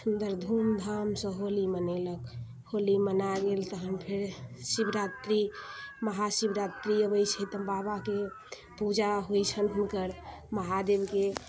सुन्दर धूम धामसँ होली मनेलक होली मना गेल तहन फेर शिवरात्रि महाशिवरात्रि अबै छै तऽ बाबाके पूजा होइ छनि हुनकर महादेवके